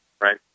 right